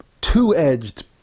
two-edged